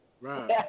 Right